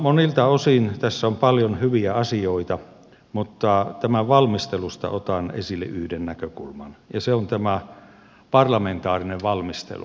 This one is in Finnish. monilta osin tässä on paljon hyviä asioita mutta tämän valmistelusta otan esille yhden näkökulman ja se on tämä parlamentaarinen valmistelu